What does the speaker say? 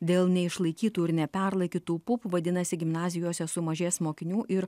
dėl neišlaikytų ir neperlaikytų pupų vadinasi gimnazijose sumažės mokinių ir